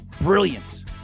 Brilliant